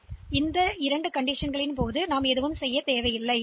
எனவே இந்த 2 நிகழ்வுகளும் நாம் எதுவும் செய்ய மாட்டோம்